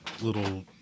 little